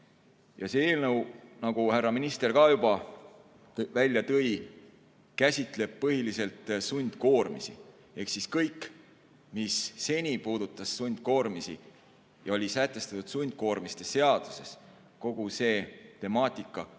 See eelnõu, nagu härra minister ka juba välja tõi, käsitleb põhiliselt sundkoormisi. Ehk siis kõik, mis seni puudutas sundkoormisi ja oli sätestatud sundkoormiste seaduses, kogu see temaatika tuleb